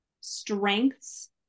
strengths